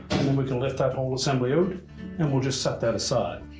and then we can lift that whole assembly over and we'll just set that aside.